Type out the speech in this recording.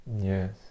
Yes